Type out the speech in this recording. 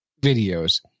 videos